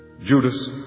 Judas